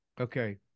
Okay